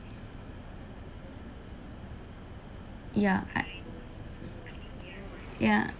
ya I ya